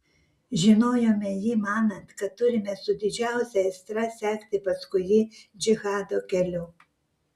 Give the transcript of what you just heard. žinojome jį manant kad turime su didžiausia aistra sekti paskui jį džihado keliu